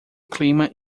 clima